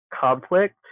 conflict